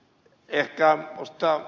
ehkä minusta ed